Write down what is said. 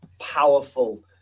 powerful